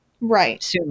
Right